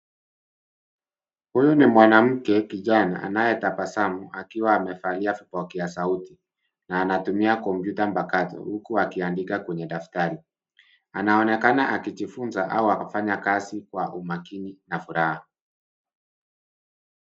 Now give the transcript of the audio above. Huyu ni mwanamke kijana, anayetabasamu akiwa amevalia vipokea sauti. Na anatumia kompyuta mpakato huku akiandika kwenye daftari. Anaonekana akijifunza au anafanya kazi kwa umakini na furaha.